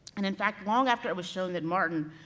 and in fact, long after it was shown that martin,